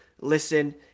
listen